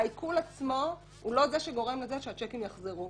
העיקול עצמו לא גורם לזה שהצ'קים יחזרו.